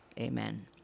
Amen